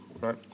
right